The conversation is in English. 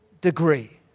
degree